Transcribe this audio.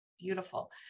Beautiful